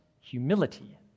humility